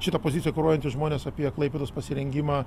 šitą poziciją kuruojantys žmonės apie klaipėdos pasirengimą